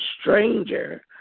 stranger